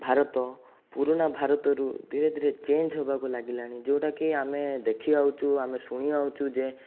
ଭାରତ ପୁରୁଣା ଭାରତରୁ ଧିରେଧିରେ ଚେଞ୍ଜ୍ ହେବାକୁ ଲାଗିଲାଣି ଯେଉଁଟାକି ଆମେ ଦେଖିଆଉଛୁ ଆମେ ଶୁଣିଆଉଛୁ ଯେ